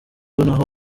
naho